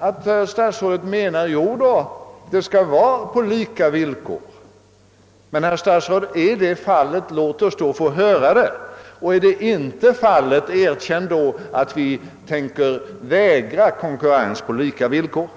att statsrådet menar att företagen skall konkurrera på lika villkor. Herr statsråd, är det fallet, låt oss då få höra det! Är det inte fallet, erkänn då att ni tänker vägra konkurrens på lika villkor!